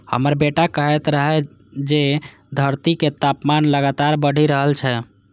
हमर बेटा कहैत रहै जे धरतीक तापमान लगातार बढ़ि रहल छै